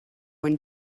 when